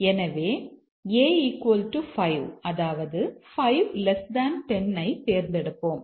எனவே a 5 5 10 ஐத் தேர்ந்தெடுப்போம்